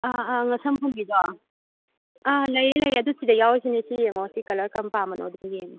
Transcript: ꯑꯥ ꯑꯥ ꯃꯁꯝ ꯄꯨꯟꯕꯤꯗꯣ ꯑꯥ ꯂꯩꯌꯦ ꯂꯩꯌꯦ ꯑꯗꯨ ꯁꯤꯗ ꯌꯥꯎꯔꯤꯁꯤꯅꯦ ꯁꯤ ꯌꯦꯡꯉꯣ ꯁꯤ ꯀꯂꯔ ꯀꯔꯝ ꯄꯥꯝꯕꯅꯣꯗꯣ ꯑꯗꯨꯝ ꯌꯦꯡꯉꯣ